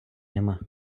нема